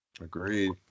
Agreed